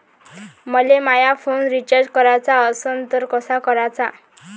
मले माया phone recharge कराचा असन तर कसा कराचा?